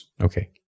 Okay